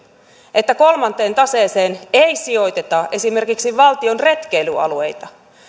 että kolmanteen taseeseen ei sijoiteta esimerkiksi valtion retkeilyalueita